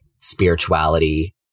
spirituality